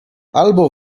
albo